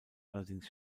allerdings